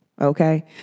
Okay